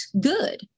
good